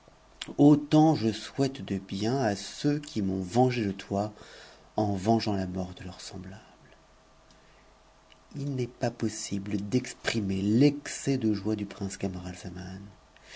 autant je souhaite de bien à ceux qui m'ont vengé de toi en vengeant a mort de leur semblable ii n'est pas possible d'exprimer l'excès de joie du prince